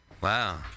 Wow